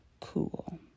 cool